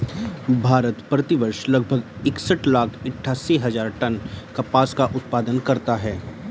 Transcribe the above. भारत, प्रति वर्ष लगभग इकसठ लाख अट्टठासी हजार टन कपास का उत्पादन करता है